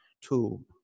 two